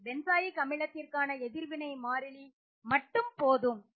இது பென்சாயிக் அமிலத்திற்கான எதிர்வினை மாறிலிக்கு மட்டும் தான்